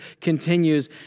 continues